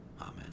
Amen